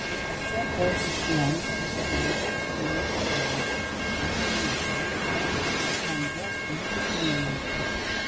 čia koeficientas priklausantis nuo pasirinktų spektrinio tankio ir bangos ilgio vienetų